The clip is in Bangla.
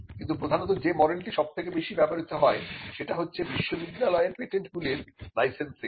কিন্তু প্রধানত যে মডেলটি সবথেকে বেশি ব্যবহৃত হয় সেটা হচ্ছে বিশ্ববিদ্যালয়গুলির পেটেন্টগুলির লাইসেন্সিং